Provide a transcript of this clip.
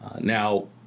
Now